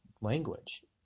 language